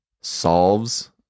solves